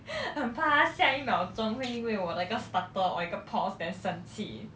很怕下一秒钟会因为我的一个 stutter or 一个 pause then 生气